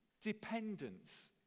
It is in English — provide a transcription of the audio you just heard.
dependence